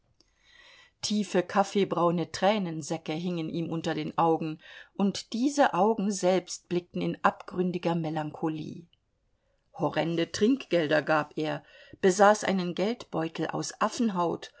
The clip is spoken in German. tiefe kaffeebraune tränensäcke hingen ihm unter den augen und diese augen selbst blickten in abgründiger melancholie horrende trinkgelder gab er besaß einen geldbeutel aus